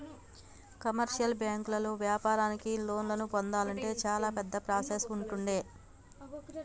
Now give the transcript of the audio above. commercial బ్యాంకుల్లో వ్యాపారానికి లోన్లను పొందాలంటే చాలా పెద్ద ప్రాసెస్ ఉంటుండే